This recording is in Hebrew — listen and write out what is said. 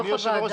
אדוני היושב ראש,